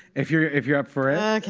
if you're if you're up for and